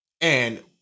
And-